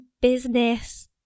business